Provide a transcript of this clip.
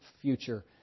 future